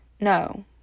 No